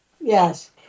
Yes